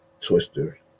twister